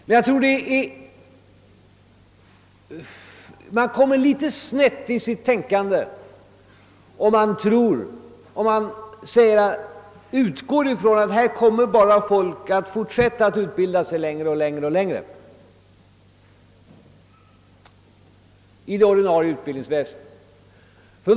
Man gör sig nog skyldig till en felbedömning om man utgår från att folk bara kommer att fortsätta att utbilda sig längre och längre inom det ordinarie utbildningsväsendet.